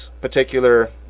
particular